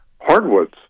hardwoods